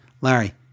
Larry